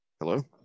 Hello